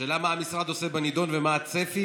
השאלה היא מה המשרד עושה בנדון ומה הצפי